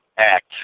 act